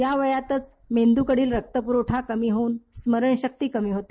या वयात मेंद्रकडील रक्तपूरवठा कमी होऊन स्मरणशक्ती कमी होते